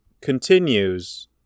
continues